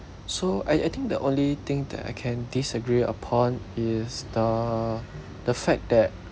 so I I think the only thing that I can disagree upon is the the fact that